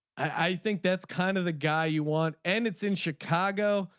i think that's kind of the guy you want and it's in chicago.